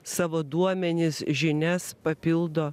savo duomenis žinias papildo